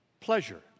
pleasure